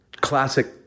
classic